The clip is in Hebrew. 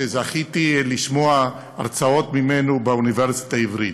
שזכיתי לשמוע הרצאות שלו באוניברסיטה העברית,